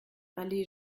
allée